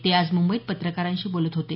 ते आज मुंबईत पत्रकारांशी बोलत होते